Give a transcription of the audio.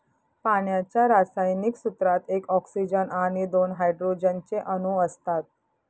पाण्याच्या रासायनिक सूत्रात एक ऑक्सीजन आणि दोन हायड्रोजन चे अणु असतात